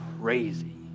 crazy